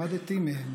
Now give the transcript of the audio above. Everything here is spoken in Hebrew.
למדתי מהם.